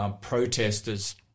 protesters